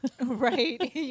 Right